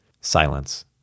Silence